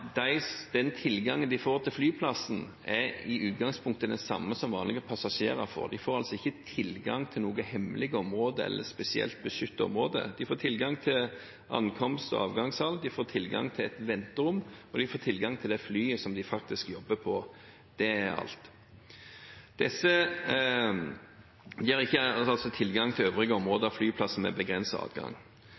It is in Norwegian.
den tilgangen de får til flyplassen, i utgangspunktet er den samme som vanlige passasjerer får. De får altså ikke tilgang til noe hemmelig område, eller til et spesielt beskyttet område, de får tilgang til ankomst- og avgangshall, de får tilgang til et venterom, og de får tilgang til det flyet som de faktisk jobber på. Det er alt. Tilgang til øvrige områder på flyplassen er begrenset. De